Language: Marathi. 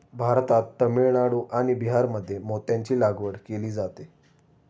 भारतात तामिळनाडू आणि बिहारमध्ये मोत्यांची लागवड केली जाते